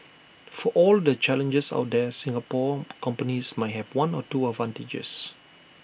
for all the challenges out there Singapore companies might have one or two advantages